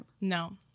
No